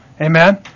Amen